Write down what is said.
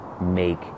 make